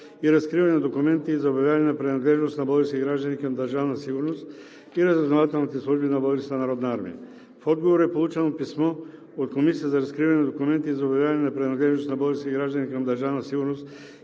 и разкриване на документите и за обявяване на принадлежност на български граждани към Държавна сигурност и разузнавателните служби на Българската народна армия. В отговор е получено писмо от Комисията за разкриване на документите и за обявяване на принадлежност на български граждани към държавна сигурност